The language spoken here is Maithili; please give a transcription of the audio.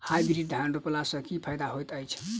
हाइब्रिड धान रोपला सँ की फायदा होइत अछि?